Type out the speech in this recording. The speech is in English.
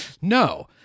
No